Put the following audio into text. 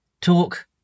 talk